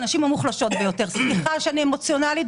סליחה שאני אמוציונאלית.